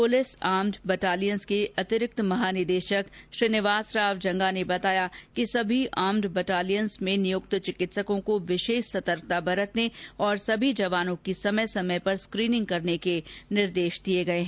police armed battalions के अतिरिक्त महानिदेशक श्रीनिवास राव जंगा ने बताया कि सभी आर्म्ड बटालियन्स में नियुक्त चिकित्सकों को विशेष सतर्कता बरतने और सभी जवानों की समय समय पर स्क्रीनिंग करने के निर्देश दिए गए हैं